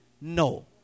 no